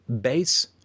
base